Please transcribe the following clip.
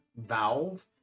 valve